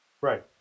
right